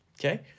okay